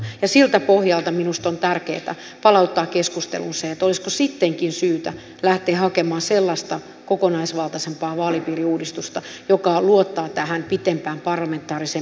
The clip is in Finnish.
ja siltä pohjalta minusta on tärkeää palauttaa keskusteluun se olisiko sittenkin syytä lähteä hakemaan sellaista kokonaisvaltaisempaa vaalipiiriuudistusta joka luottaa tähän pitempään parlamentaariseen perinteeseen